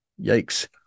yikes